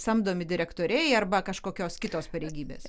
samdomi direktoriai arba kažkokios kitos pareigybės